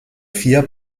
vier